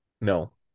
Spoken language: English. No